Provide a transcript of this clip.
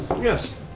yes